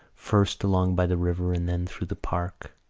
first along by the river and then through the park!